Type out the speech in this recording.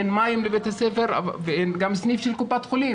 אין מים לבית הספר ואין גם סניף של קופת חולים.